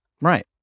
Right